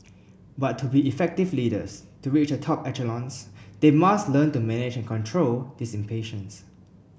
but to be effective leaders to reach a top echelons they must learn to manage control this impatience